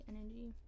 energy